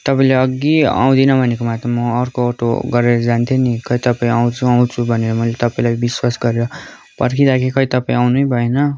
तपाईँले अघि आउदिनँ भनेको भए त म अर्को अटो गरेर जान्थेँ नि खै तपाईँ आउँछु आउँछु भनेर मैले तपाईँलाई विश्वास गरेर पर्खिराखेँ खै तपाईँ आउनै भएन